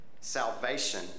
Salvation